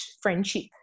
friendship